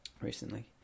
recently